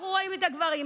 אנחנו רואים את הגברים,